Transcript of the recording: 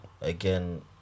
Again